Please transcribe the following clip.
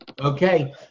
Okay